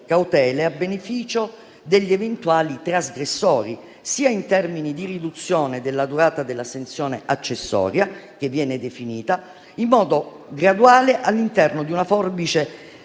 a beneficio degli eventuali trasgressori, sia in termini di riduzione della durata della sanzione accessoria, che viene definita in modo graduale all'interno di una forbice